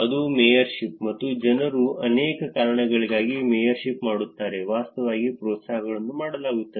ಅದು ಮೇಯರ್ಶಿಪ್ ಮತ್ತು ಜನರು ಅನೇಕ ಕಾರಣಗಳಿಗಾಗಿ ಮೇಯರ್ಶಿಪ್ ಮಾಡುತ್ತಾರೆ ವಾಸ್ತವವಾಗಿ ಪ್ರೋತ್ಸಾಹಕಗಳನ್ನು ಮಾಡಲಾಗುತ್ತದೆ